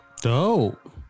dope